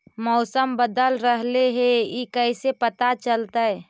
मौसम बदल रहले हे इ कैसे पता चलतै?